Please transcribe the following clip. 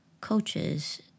coaches